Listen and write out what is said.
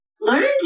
learned